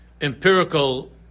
empirical